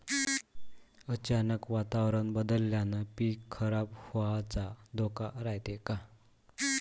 अचानक वातावरण बदलल्यानं पीक खराब व्हाचा धोका रायते का?